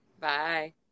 Bye